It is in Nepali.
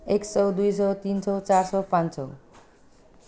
एक सय दुई सय तिन सय चार सय पाँच सय